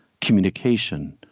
communication